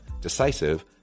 decisive